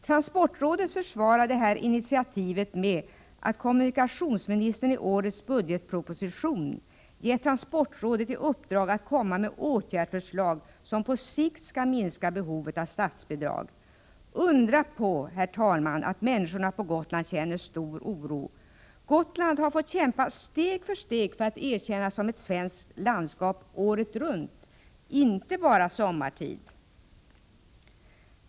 Transportrådet försvarar detta initiativ med att kommunikationsministern i årets budgetproposition gett transportrådet i uppdrag att lägga fram förslag till åtgärder som på sikt skall minska behovet av statsbidrag. Undra på, herr talman, att människorna på Gotland känner stor oro. Gotland har fått kämpa steg för steg för att erkännas som ett svenskt landskap året runt, inte bara sommartid.